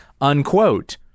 Unquote